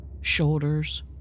shoulders